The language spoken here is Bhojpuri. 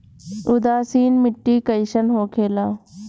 उदासीन मिट्टी कईसन होखेला?